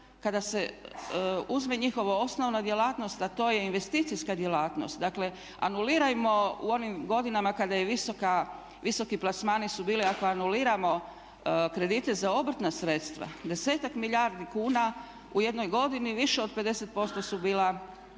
kada se uzme njihova osnovna djelatnost a to je investicijska djelatnost, dakle anulirajmo u onim godinama kada visoki plasmani su bili, ako anuliramo kredite za obrtna sredstva 10-ak milijardi kuna u jednog godini više od 50% su bila